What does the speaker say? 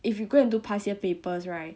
if you go and do past year papers right